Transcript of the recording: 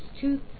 two